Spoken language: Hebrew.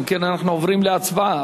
אנחנו עוברים להצבעה.